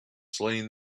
slain